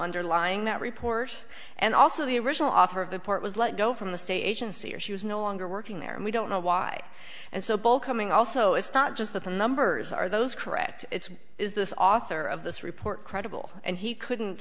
underlying that report and also the original author of the port was let go from the state agency or she was no longer working there and we don't know why and so bowl coming also it's not just that the numbers are those correct is this author of this report credible and he couldn't